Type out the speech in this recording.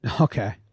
Okay